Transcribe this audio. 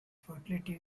fertility